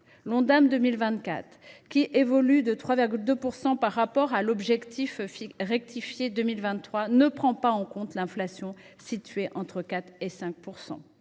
l’Ondam 2024, qui progresse de 3,2 % par rapport à l’objectif rectifié pour 2023, ne prend pas en compte l’inflation, située entre 4 % et 5 %.